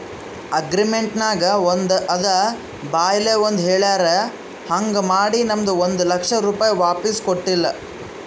agreement ನಾಗ್ ಒಂದ್ ಅದ ಬಾಯ್ಲೆ ಒಂದ್ ಹೆಳ್ಯಾರ್ ಹಾಂಗ್ ಮಾಡಿ ನಮ್ದು ಒಂದ್ ಲಕ್ಷ ರೂಪೆ ವಾಪಿಸ್ ಕೊಟ್ಟಿಲ್ಲ